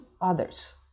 others